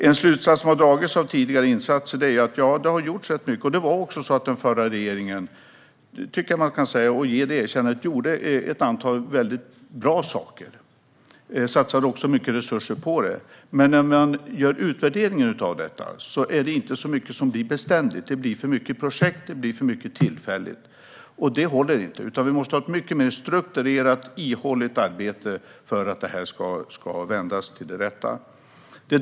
En slutsats vi kan dra är att det har gjorts rätt mycket, och den förra regeringen förtjänar ett erkännande för att man gjorde ett antal bra saker och satsade mycket resurser. Men utvärderingen visar att det inte är mycket som blir beständigt. Det blir för mycket projekt och tillfälligt. Det håller inte. Vi måste ha ett mycket mer strukturerat och ihållande arbete för att vända detta.